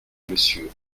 monsieur